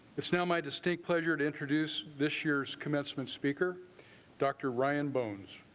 it's now my distinct pleasure to introduce this year's commencement speaker dr. ryan bones.